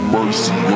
mercy